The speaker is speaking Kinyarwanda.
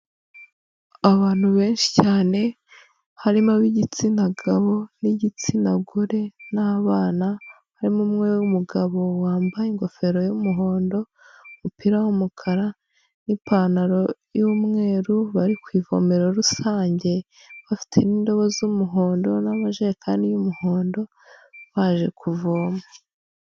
Abantu benshi cyane, harimo abigitsina gabo n'igitsina gore n'abana, harimo umwe w'umugabo wambaye ingofero y'umuhondo, umupira w'umukara n'ipantaro y'umweru, bari ku ivomero rusange, bafite indobo z'umuhondo n'amajerekani y'umuhondo, baje kuvoma.